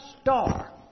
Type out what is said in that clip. star